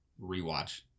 rewatch